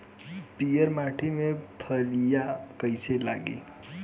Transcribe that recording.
पीयर माटी में फलियां कइसे लागी?